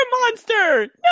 monster